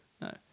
No